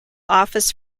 office